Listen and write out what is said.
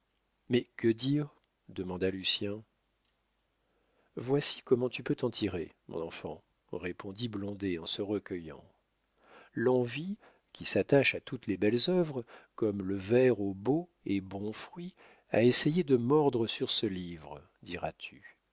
mais que dire demanda lucien voici comment tu peux t'en tirer mon enfant répondit blondet en se recueillant l'envie qui s'attache à toutes les belles œuvres comme le ver aux beaux et bons fruits a essayé de mordre sur ce livre diras-tu